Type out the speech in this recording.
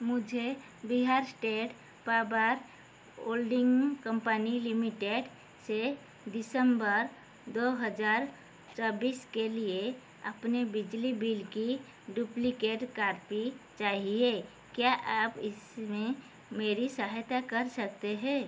मुझे Bihar state power holding company limited से दिसम्बर दो हज़ार चौबीस के लिए अपने बिजली बिल की डुप्लिकेट कापी चाहिए क्या आप इसमें मेरी सहायता कर सकते हे